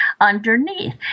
underneath